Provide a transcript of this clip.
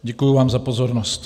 Děkuji vám za pozornost.